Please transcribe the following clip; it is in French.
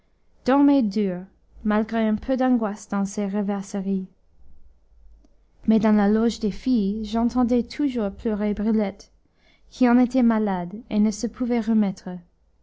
malgré un peu d'angoisse dans ses rêvasseries mais dans la loge des filles j'entendais toujours pleurer brulette qui en était malade et ne se pouvait remettre